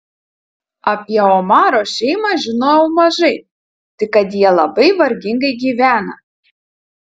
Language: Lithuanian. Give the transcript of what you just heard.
apie omaro šeimą žinojau mažai tik kad jie labai vargingai gyvena